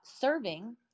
serving